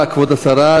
כבוד השרה,